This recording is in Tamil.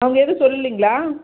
அவங்கள் எதுவும் சொல்லலிங்களா